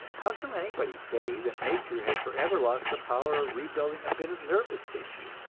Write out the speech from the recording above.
how shall anybody say that nature has forever lost the power of rebuilding a bit of nervous tissue?